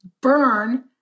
burn